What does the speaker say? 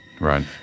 right